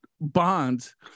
bonds